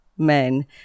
men